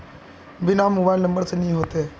बिना mobile number से नहीं होते?